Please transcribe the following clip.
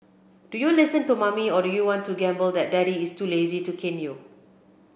do you listen to mommy or do you want to gamble that daddy is too lazy to cane you